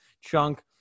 Chunk